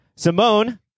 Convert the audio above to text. Simone